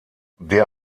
der